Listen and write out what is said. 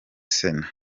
sena